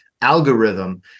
algorithm